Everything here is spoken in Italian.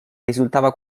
risultava